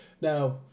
Now